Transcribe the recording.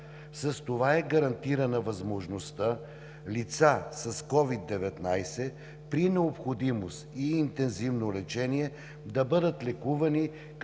С това е гарантирана възможността лица с COVID-19 при необходимост и интензивно лечение да бъдат лекувани,